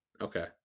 Okay